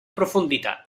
profunditat